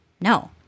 no